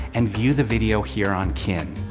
and view the video here on kin.